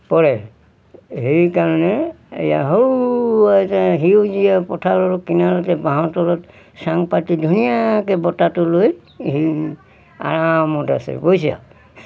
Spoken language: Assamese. পৰে সেইকাৰণে এয়া বাঁহৰ তলত চাং পাতি ধুনীয়াকে বতাহটো লৈ সেই আৰামত আছে